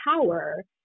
power